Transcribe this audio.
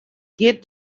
get